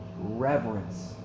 reverence